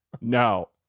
no